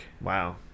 wow